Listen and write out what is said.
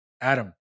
Adam